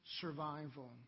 survival